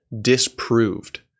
disproved